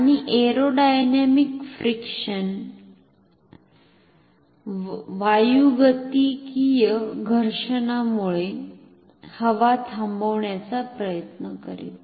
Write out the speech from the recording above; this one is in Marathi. आणि एरोडायनामिक फ्रिक्शन वायुगतिकीय घर्षणामुळे हवा थांबविण्याचा प्रयत्न करेल